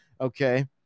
okay